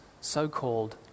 so-called